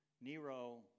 Nero